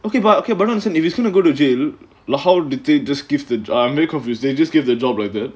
okay but okay but no listen if he's going to go to jail look how did they just give the job they just gave the job like that